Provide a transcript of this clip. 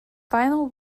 final